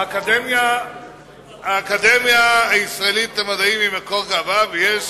האקדמיה הישראלית למדעים היא מקור גאווה, ויש